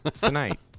Tonight